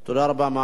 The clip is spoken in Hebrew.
מה השר מבקש?